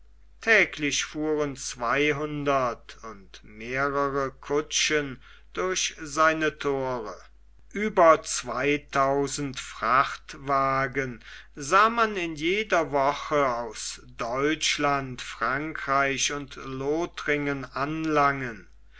täglich fuhren zweihundert und mehrere kutschen durch seine thore über zweitausend frachtwagen sah man in jeder woche ans deutschland frankreich und lothringen anlangen